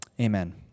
amen